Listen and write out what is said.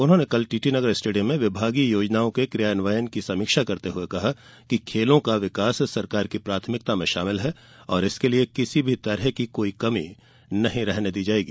उन्होंने कल टीटी नगर स्टेडियम में विभागीय योजनाओं के क्रियान्वयन की समीक्षा करते हए कहा कि खेलों का विकास सरकार की प्राथमिकता में शामिल है और इसके लिए किसी भी तरह की कोई कमी नहीं रहने दी जाएगी